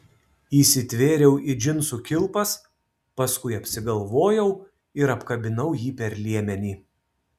įsitvėriau į džinsų kilpas paskui apsigalvojau ir apkabinau jį per liemenį